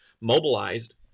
mobilized